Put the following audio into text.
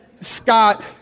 Scott